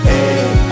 Hey